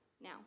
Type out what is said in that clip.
now